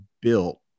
built